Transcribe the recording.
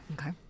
Okay